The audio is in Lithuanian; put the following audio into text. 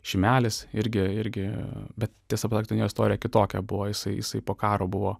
šimelis irgi irgi bet tiesą pasakius ten jo istorija kitokia buvo jisai jisai po karo buvo